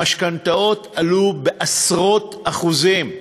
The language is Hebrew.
המשכנתאות עלו בעשרות אחוזים.